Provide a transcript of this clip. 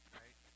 right